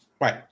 Right